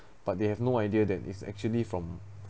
but they have no idea than is actually from